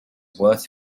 worth